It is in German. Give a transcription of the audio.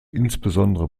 insbesondere